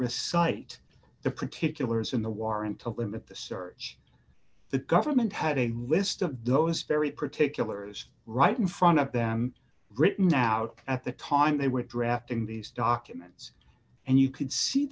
recite the particulars in the warrant to limit the search the government had a list of those very particulars right in front of them written out at the time they were drafting these documents and you could see